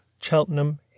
Cheltenham